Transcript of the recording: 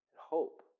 hope